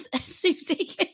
Susie